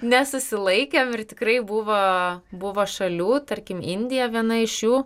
nesusilaikėm ir tikrai buvo buvo šalių tarkim indija viena iš jų